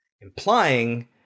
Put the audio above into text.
Implying